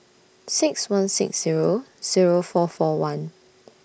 six one six Zero Zero four four one